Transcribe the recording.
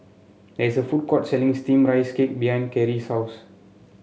there is a food court selling steam Rice Cake behind Kerri's house